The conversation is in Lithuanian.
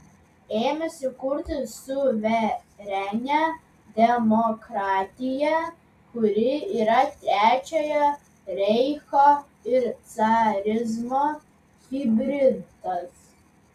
ėmėsi kurti suverenią demokratiją kuri yra trečiojo reicho ir carizmo hibridas